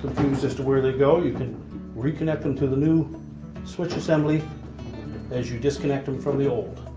confuse as to where they go, you can reconnect them to the new switch assembly as you disconnect them from the old.